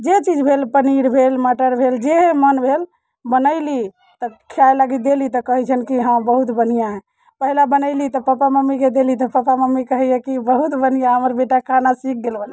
जे चीज भेल पनीर भेल मटर भेल जेहे मन भेल तऽ बनयली तऽ खाय लागि देली तऽ कहैत छनि हँ बहुत बढ़िआँ हइ पहिले बनयली तऽ पप्पा मम्मीके देली तऽ पप्पा मम्मी कहैया कि बहुत बढ़िआँ हमर बेटा खाना सीख गेल बनाबै ला